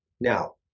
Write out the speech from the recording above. Now